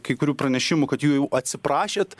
kai kurių pranešimų kad jų jau atsiprašėt